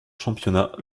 championnat